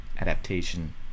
adaptation